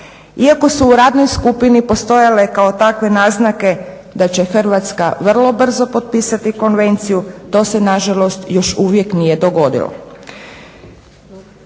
Iako su u radnoj skupini postojale kao takve naznake da će Hrvatska vrlo brzo potpisati konvenciju to se nažalost još uvijek nije dogodilo.